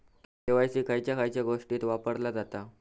KYC खयच्या खयच्या गोष्टीत वापरला जाता?